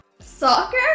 Soccer